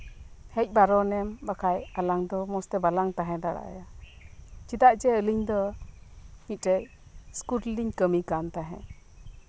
ᱦᱮᱡ ᱵᱟᱨᱚᱱᱮᱢ ᱵᱟᱠᱷᱟᱱ ᱟᱞᱟᱝ ᱫᱚ ᱢᱚᱸᱡᱽ ᱛᱮ ᱵᱟᱞᱟᱝ ᱛᱟᱸᱦᱮ ᱫᱟᱲᱮᱭᱟᱜᱼᱟ ᱪᱮᱫᱟᱜ ᱡᱮ ᱟᱹᱞᱤᱧ ᱫᱚ ᱢᱤᱫᱴᱮᱱ ᱥᱠᱩᱞ ᱨᱮᱞᱤᱧ ᱠᱟᱹᱢᱤ ᱠᱟᱱ ᱛᱟᱸᱦᱮᱫ